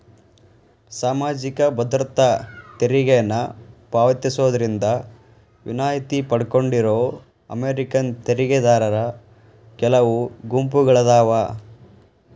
ಸಾಮಾಜಿಕ ಭದ್ರತಾ ತೆರಿಗೆನ ಪಾವತಿಸೋದ್ರಿಂದ ವಿನಾಯಿತಿ ಪಡ್ಕೊಂಡಿರೋ ಅಮೇರಿಕನ್ ತೆರಿಗೆದಾರರ ಕೆಲವು ಗುಂಪುಗಳಾದಾವ